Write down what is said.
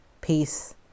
Peace